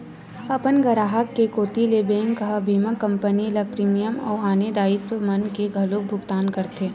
अपन गराहक के कोती ले बेंक ह बीमा कंपनी ल प्रीमियम अउ आने दायित्व मन के घलोक भुकतान करथे